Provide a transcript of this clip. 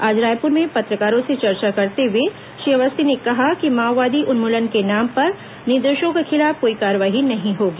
आज रायपुर में पत्रकारों से चर्चा करते हुए श्री अवस्थी ने कहा कि माओवादी उन्मूलन के नाम पर निर्दोषों के खिलाफ कोई कार्रवाई नहीं होगी